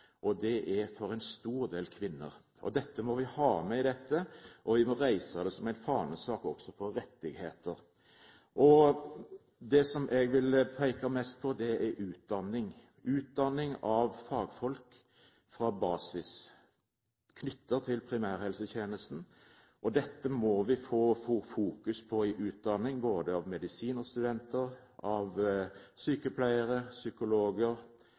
aldri klarer å stille en diagnose, stiller svakt, og det er for en stor del kvinner. Dette må vi ha med, og vi må reise det som en fanesak også for rettigheter. Det jeg vil peke mest på, er utdanning – utdanning av fagfolk fra basis, knyttet til primærhelsetjenesten. Dette må vi få fokus på i utdanningen av både medisinerstudenter, sykepleiere, psykologer,